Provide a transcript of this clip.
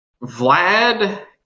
Vlad